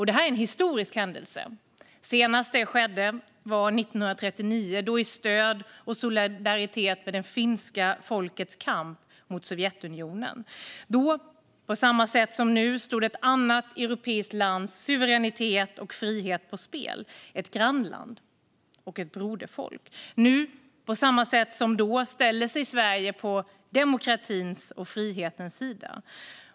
Detta är en historisk händelse - senast det skedde var 1939, då som stöd för och i solidaritet med det finska folkets kamp mot Sovjetunionen. Då, på samma sätt som nu, stod ett annat europeiskt lands suveränitet och frihet på spel. Det handlade om ett grannland och ett broderfolk. Nu, på samma sätt som då, ställer sig Sverige på demokratins och frihetens sida.